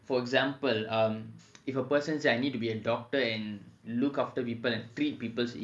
we can laugh about it later on and I think in today's world people are forgetting do that people are walking around and zombies there